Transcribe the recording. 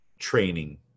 Training